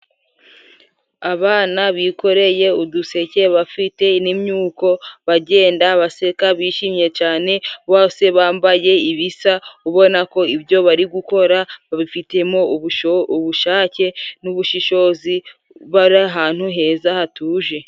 Abana bikoreye uduseke bafite n'imyuko, bagenda baseka bishimye cyane, bose bambaye ibisa ubona ko ibyo bari gukora babifitemo ubushake n'ubushishozi, bari ahantu heza hatuje.